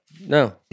No